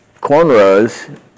cornrows